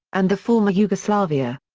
and the former yugoslavia.